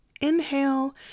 Inhale